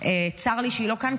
צר לי שהיא לא כאן,